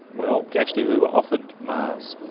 well, actually we were offered mars.